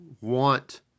want